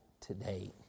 today